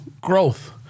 growth